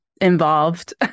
involved